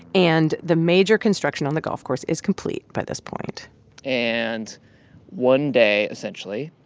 and the major construction on the golf course is complete by this point and one day, essentially,